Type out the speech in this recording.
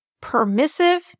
permissive